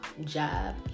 job